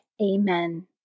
Amen